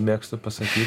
mėgstu pasakyt